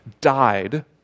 died